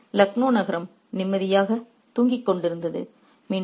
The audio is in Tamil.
மேலும் லக்னோ நகரம் நிம்மதியாக தூங்கிக் கொண்டிருந்தது